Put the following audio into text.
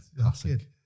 Classic